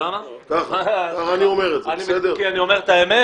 כי אני אומר את האמת?